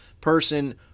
person